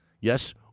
Yes